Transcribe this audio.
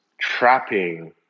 trapping